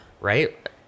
right